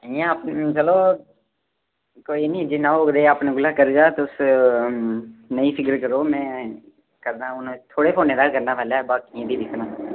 इ'यां चलो कोई निं जिन्ना होग ते अपने कोला करगा तुस नेईं फिकर करो में करना हून थुआड़े फोनै दा गै करना बाकियें गी फ्ही दिक्खङ